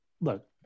look